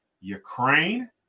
Ukraine